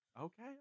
Okay